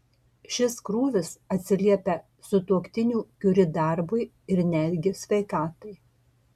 šis krūvis atsiliepia sutuoktinių kiuri darbui ir netgi sveikatai